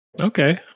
Okay